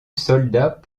soldats